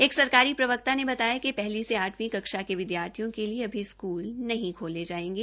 एक सरकारी प्रवकता ने बताया कि हली से आठवीं कक्षा के विद्यार्थियों के लिए अभी स्कूल नहीं खोलेंगे जायेंगे